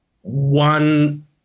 One